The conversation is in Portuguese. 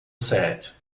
set